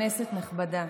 כנסת נכבדה,